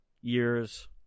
years